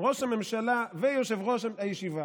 ראש הממשלה ויושב-ראש הישיבה,